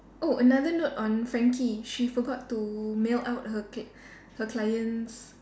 oh another note on Frankie she forgot to mail out her cl~ her clients